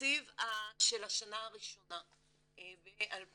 התקציב של השנה הראשונה ב-2017,